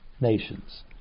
nations